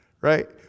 right